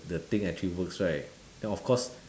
the thing actually works right then of course